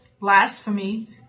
blasphemy